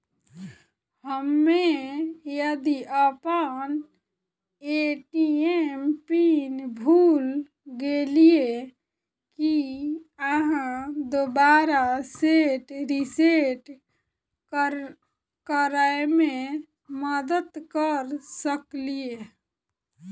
हम्मे यदि अप्पन ए.टी.एम पिन भूल गेलियै, की अहाँ दोबारा सेट रिसेट करैमे मदद करऽ सकलिये?